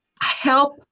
help